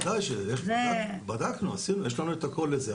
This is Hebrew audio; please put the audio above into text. בוודאי שבדקנו, עשינו, יש לנו את הכל לזה,